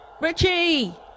Richie